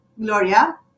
Gloria